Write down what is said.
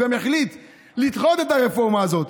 הוא גם יחליט לדחות את הרפורמה הזאת,